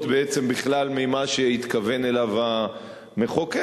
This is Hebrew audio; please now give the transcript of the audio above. בעצם בכלל ממה שהתכוון אליו המחוקק,